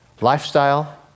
Lifestyle